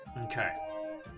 Okay